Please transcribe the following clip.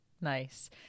Nice